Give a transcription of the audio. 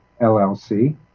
LLC